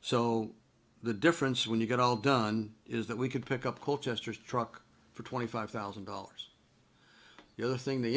so the difference when you get all done is that we could pick up colchester truck for twenty five thousand dollars the other thing they